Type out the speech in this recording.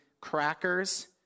crackers